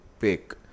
pick